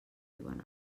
diuen